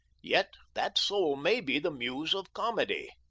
yet that soul may be the muse of comedy.